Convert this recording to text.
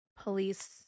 police